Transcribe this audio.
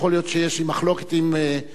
יכול להיות שיש לי מחלוקת עם הרמטכ"ל